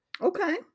Okay